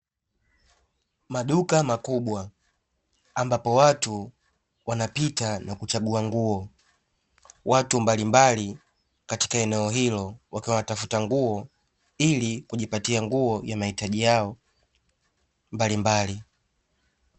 Maduka makubwa ambapo watu wanapita na kuchagua nguo, watu mbalimbali katika eneo hilo wakiwa wanatafuta nguo ili kujipatia nguo ya mahitaji yao mbalimbali.